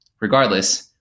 Regardless